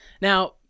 Now